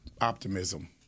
optimism